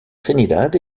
trinidad